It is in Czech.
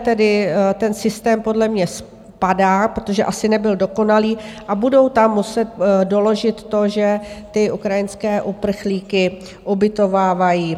Tedy ten systém podle mě padá, protože asi nebyl dokonalý, a budou tam muset doložit, že ty ukrajinské uprchlíky ubytovávají.